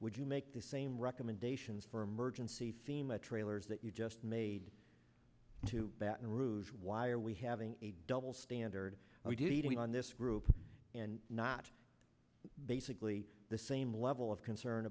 would you make the same recommendations for emergency fema trailers that you just made to baton rouge why are we having a double standard on this group and not basically the same level of concern